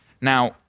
Now